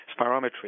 spirometry